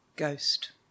ghost